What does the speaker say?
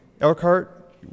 Elkhart